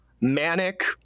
manic